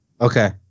Okay